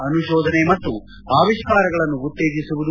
ಅನುಕೋಧನೆ ಮತ್ತು ಆವಿಷ್ಠಾರಗಳನ್ನು ಉತ್ತೇಜಸುವುದು